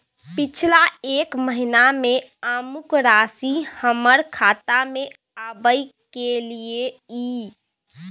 पिछला एक महीना म अमुक राशि हमर खाता में आबय कैलियै इ?